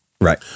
Right